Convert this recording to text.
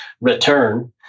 return